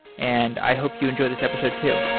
and i hope you enjoy this episode too